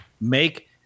Make